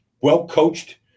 well-coached